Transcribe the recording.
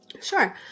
sure